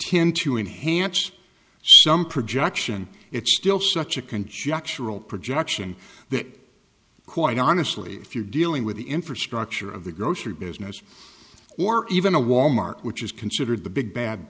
tend to enhance some projection it's still such a conjectural projection that quite honestly if you're dealing with the infrastructure of the grocery business or even a wal mart which is considered the big bad